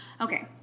Okay